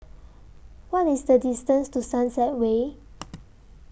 What IS The distance to Sunset Way